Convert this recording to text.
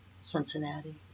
Cincinnati